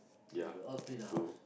they all clean the house